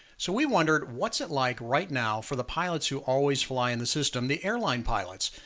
so we wondered what's it like right now for the pilots who always fly in the system, the airline pilots.